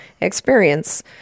experience